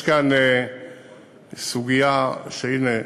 יש כאן סוגיה שהנה,